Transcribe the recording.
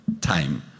time